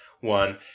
one